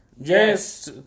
Yes